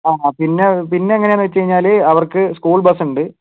ആ പിന്നെ എങ്ങനെയാന്ന് വെച്ച് കഴിഞ്ഞാല് അവർക്ക് സ്കൂൾ ബസ് ഉണ്ട്